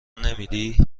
نمیدی